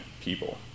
people